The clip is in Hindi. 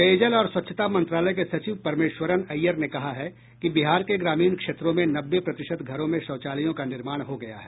पेयजल और स्वच्छता मंत्रालय के सचिव परमेश्वरन अय्यर ने कहा है कि बिहार के ग्रामीण क्षेत्रों में नब्बे प्रतिशत घरों में शौचालयों का निर्माण हो गया है